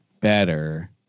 Better